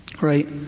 Right